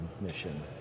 mission